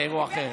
זה אירוע אחר.